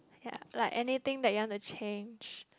ya like anything you want to change